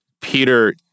Peter